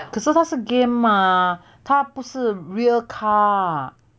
可是他是 game mah 他不是 real car